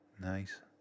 Nice